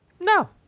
No